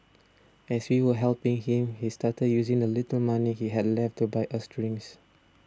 as we were helping him he started using the little money he had left to buy us drinks